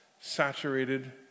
saturated